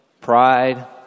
pride